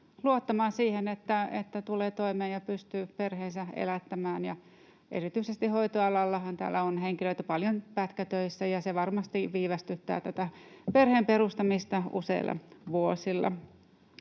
luottamaan siihen, että tulee toimeen ja pystyy perheensä elättämään. Erityisesti hoitoalallahan on henkilöitä paljon pätkätöissä, ja se varmasti viivästyttää tätä perheen perustamista useilla vuosilla.